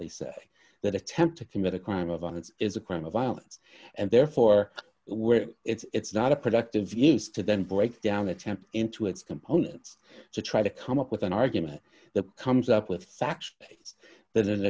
they say that attempt to commit a crime of violence is a crime of violence and therefore where it's not a productive vs to then break down attempt into its components to try to come up with an argument that comes up with th